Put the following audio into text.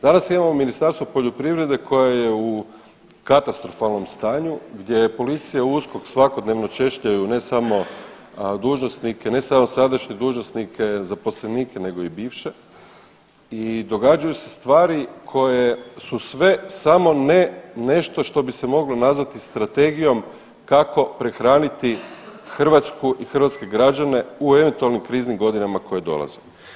Danas imamo Ministarstvo poljoprivrede koja je u katastrofalnom stanju gdje policija i USKOK svakodnevno češljaju ne samo dužnosnike, ne samo sadašnje dužnosnike, zaposlenike, nego i bivše i događaju se stvari koje su sve samo ne nešto što bi se moglo nazvati strategijom kako prehraniti Hrvatsku i hrvatske građane u eventualnim kriznim godinama koje dolaze.